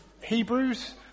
Hebrews